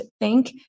thank